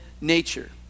nature